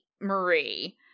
Marie